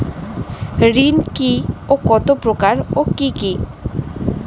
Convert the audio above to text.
ঋণ কি ও কত প্রকার ও কি কি?